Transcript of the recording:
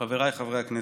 חבריי חברי הכנסת,